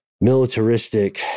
militaristic